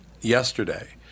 yesterday